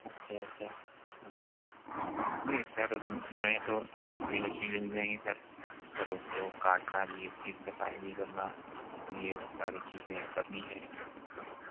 اچھا اچھا ہاں نہیں سر اس میں تو آپ کھڑی مچھلی لینے جائیں گے سر پھر اس کو کاٹنا بھی اس کی صفائی بھی کرنا یہ ساری چیزیں کرنی ہیں تو